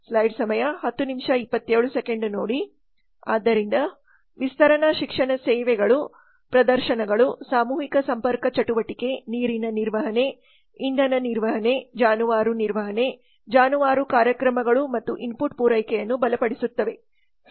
ಆದ್ದರಿಂದ ವಿಸ್ತರಣಾ ಶಿಕ್ಷಣ ಸೇವೆಗಳು ಪ್ರದರ್ಶನಗಳು ಸಾಮೂಹಿಕ ಸಂಪರ್ಕ ಚಟುವಟಿಕೆ ನೀರಿನ ನಿರ್ವಹಣೆ ಇಂಧನ ನಿರ್ವಹಣೆ ಜಾನುವಾರು ನಿರ್ವಹಣೆ ಜಾನುವಾರು ಕಾರ್ಯಕ್ರಮಗಳು ಮತ್ತು ಇನ್ಪುಟ್ ಪೂರೈಕೆಯನ್ನು ಬಲಪಡಿಸುತ್ತವೆ